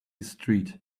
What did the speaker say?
street